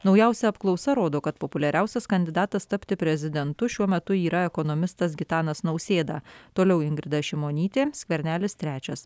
naujausia apklausa rodo kad populiariausias kandidatas tapti prezidentu šiuo metu yra ekonomistas gitanas nausėda toliau ingrida šimonytė skvernelis trečias